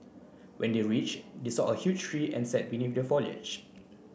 when they reach they saw a huge tree and sat beneath the foliage